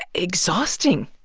exhausting,